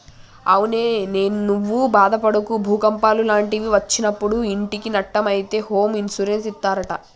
అవునే నువ్వు బాదపడకు భూకంపాలు లాంటివి ఒచ్చినప్పుడు ఇంటికి నట్టం అయితే హోమ్ ఇన్సూరెన్స్ ఇస్తారట